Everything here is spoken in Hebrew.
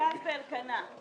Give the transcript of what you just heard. מרכז באלקנה.